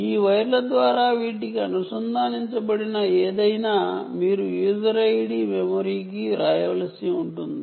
ఈ వైర్ల ద్వారా వీటికి అనుసంధానించబడినది ఏదైనా మీరు యూజర్ మెమరీకి వ్రాయవలసి ఉంటుంది